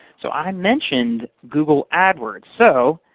so i mentioned google adwords. so,